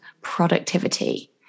productivity